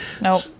Nope